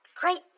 great